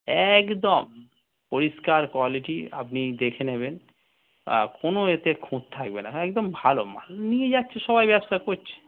একদম পরিষ্কার কোয়ালিটি আপনি দেখে নেবেন কোনো এতে খুঁত থাকবে না একদম ভালো মাল নিয়ে যাচ্ছে সবাই ব্যবসা করছে